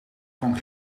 van